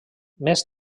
més